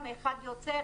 אחד יוצא,